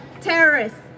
terrorists